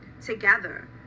together